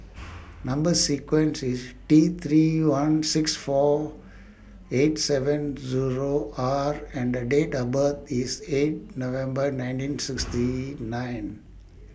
Number sequence IS T three one six four eight seven Zero R and The Date of birth IS eight November nineteen sixty nine